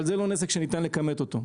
אבל זה לא נזק שניתן לכמת אותו.